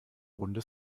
runde